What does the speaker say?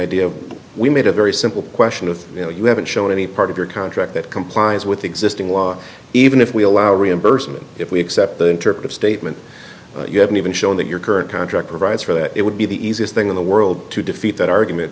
idea we made a very simple question of you know you haven't shown any part of your contract that complies with existing law even if we allow reimbursement if we accept the interpret statement you haven't even shown that your current contract provides for that it would be the easiest thing in the world to defeat that argument